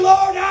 Lord